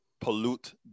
pollute